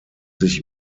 sich